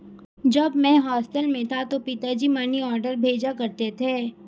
जब मैं हॉस्टल में था तो पिताजी मनीऑर्डर भेजा करते थे